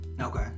okay